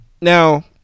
Now